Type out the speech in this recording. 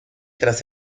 tras